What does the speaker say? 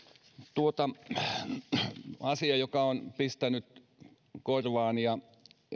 asia joka on pistänyt korvaan ja